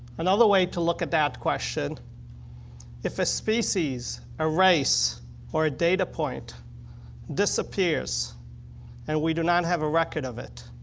another way to look at that question if a species erase or a data point disappears and we do not have a record of it,